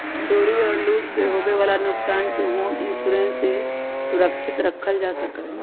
चोरी और लूट से होवे वाला नुकसान के होम इंश्योरेंस से सुरक्षित रखल जा सका हई